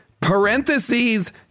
parentheses